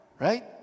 right